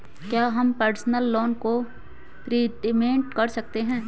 क्या हम personal loan का प्रीपेमेंट कर सकते हैं?